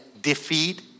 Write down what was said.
defeat